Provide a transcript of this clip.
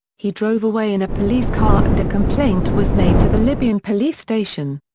he drove away in a police car and a complaint was made to the libyan police station.